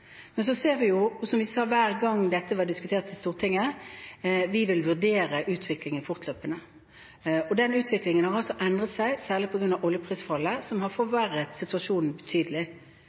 Som vi sa hver gang dette ble diskutert i Stortinget, vil vi vurdere utviklingen fortløpende. Den utviklingen har altså endret seg, særlig på grunn av oljeprisfallet, som har forverret situasjonen betydelig.